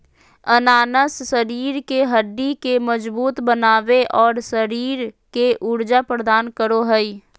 अनानास शरीर के हड्डि के मजबूत बनाबे, और शरीर के ऊर्जा प्रदान करो हइ